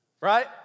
Right